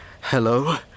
Hello